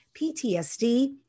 PTSD